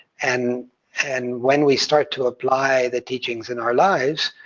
and and when we start to apply the teachings in our lives,